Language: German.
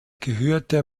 gehörte